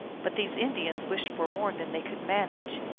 but these indians wished for more than they could manage.